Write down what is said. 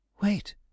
Wait